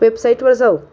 वेबसाईटवर जाऊ